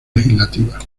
legislativa